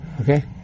Okay